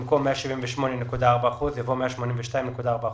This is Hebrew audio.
במקום "178.4 אחוזים" יבוא "182.4 אחוזים".